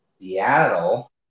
Seattle